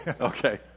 okay